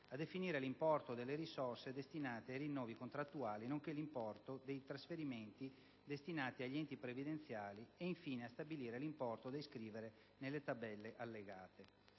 a definire l'importo delle risorse destinate ai rinnovi contrattuali nonché l'importo dei trasferimenti destinati agli enti previdenziali e, infine, a stabilire l'importo da iscrivere nelle tabelle allegate.